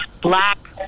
black